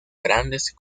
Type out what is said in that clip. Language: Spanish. grandes